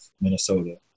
Minnesota